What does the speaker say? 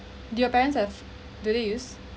do your parent have do they use